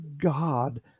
God